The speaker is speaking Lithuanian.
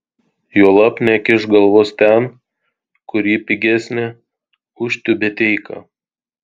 juolab nekišk galvos ten kur ji pigesnė už tiubeteiką